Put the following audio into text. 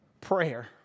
prayer